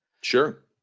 sure